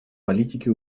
политики